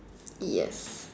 yes